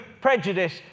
prejudice